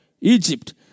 Egypt